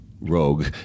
rogue